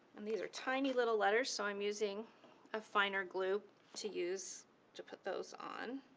and these are tiny little letters, so i'm using a finer glue to use to put those on.